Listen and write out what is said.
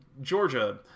Georgia